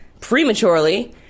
prematurely